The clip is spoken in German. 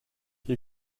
hier